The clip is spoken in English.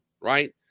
right